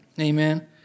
Amen